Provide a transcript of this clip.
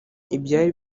ibyari